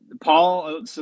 Paul